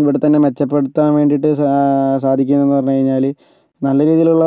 ഇവിടെത്തന്നെ മെച്ചപ്പെടുത്താൻ വേണ്ടിയിട്ട് സാധിക്കും എന്ന് പറഞ്ഞു കഴിഞ്ഞാൽ നല്ല രീതിയിലുള്ള